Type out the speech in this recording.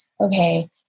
okay